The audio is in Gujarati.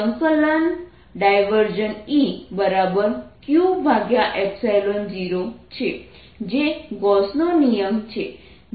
E q0 છે જે ગોસનો નિયમ Gausss law છે જે કોઈ પણ ફ્રેમ માટે સાચું છે